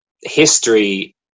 history